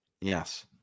Yes